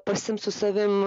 pasiimt su savim